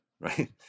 right